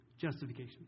Justification